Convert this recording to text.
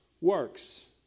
works